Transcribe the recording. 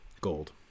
gold